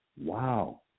Wow